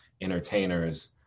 entertainers